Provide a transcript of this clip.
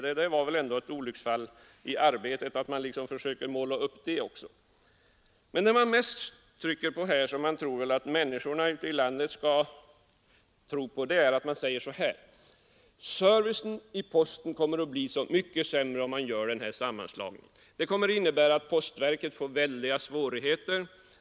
Det måste vara ett olycksfall i arbetet när man försöker måla upp sådana följder. Vad man mest trycker på — man menar väl att människorna ute i landet skall tro på det — är emellertid detta: Servicen i posten kommer att bli mycket sämre om den här sammanslagningen görs. Det kommer att innebära att postverket får väldiga svårigheter.